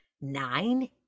Nine